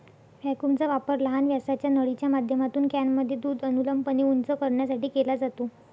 व्हॅक्यूमचा वापर लहान व्यासाच्या नळीच्या माध्यमातून कॅनमध्ये दूध अनुलंबपणे उंच करण्यासाठी केला जातो